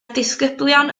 disgyblion